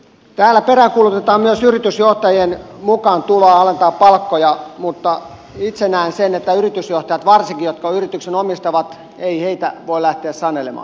täällä peräänkuulutetaan myös yritysjohta jien mukaantuloa alentamaan palkkoja mutta itse näen sen että yritysjohtajille varsinkaan niille jotka yrityksen omistavat ei voi lähteä sanelemaan